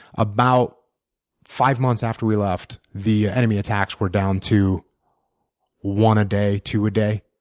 about five months after we left, the enemy attacks were down to one a day, two a day.